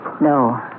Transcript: No